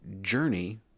journey